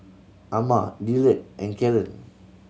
Amma Dillard and Kellen